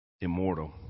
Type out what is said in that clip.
immortal